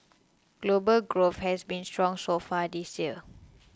global growth has been strong so far this year